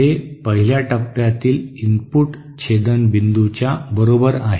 हे पहिल्या टप्प्यातील इनपुट छेदन बिंदूच्या बरोबर आहे